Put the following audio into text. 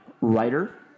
writer